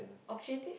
opportunities